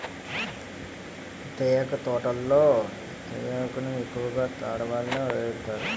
తేయాకు తోటల్లో తేయాకును ఎక్కువగా ఆడవాళ్ళే ఏరుతారు